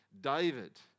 David